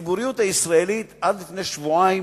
בציבוריות הישראלית עד לפני שבועיים